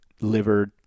liver